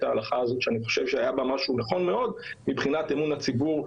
ההלכה הזאת שאני חושב שהיה בה משהו נכון מאוד מבחינת אמון הציבור.